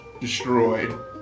destroyed